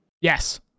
Yes